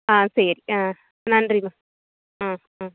ஆ சரி ஆ நன்றிம்மா ம் ம்